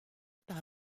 par